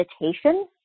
meditation